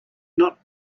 not